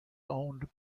owned